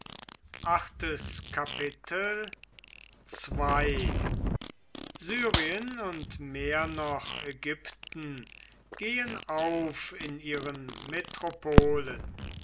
syrien und mehr noch ägypten gehen auf in ihren metropolen